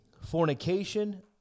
fornication